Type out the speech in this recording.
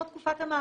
כמו תקופת המעבר.